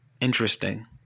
Interesting